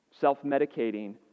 Self-medicating